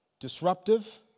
disruptive